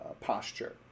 posture